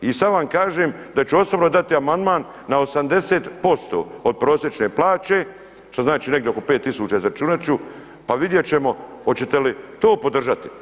I sad vam kažem da ću osobno dati amandman na 80% od prosječne plaće što znači negdje oko 5000, izračunat ću, pa vidjet ćemo hoće li to podržati.